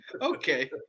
Okay